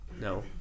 No